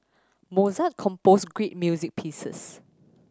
Mozart composed great music pieces